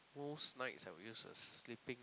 most nights I would use as sleeping